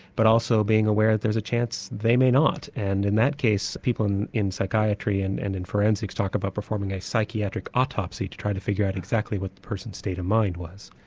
but also being aware there was a chance they may not, and in that case, people in in psychiatry and and in forensics talk about performing a psychiatric autopsy to try to figure out exactly what the person's state of mind was.